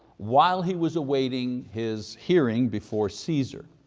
while he was awaiting his hearing before caesar.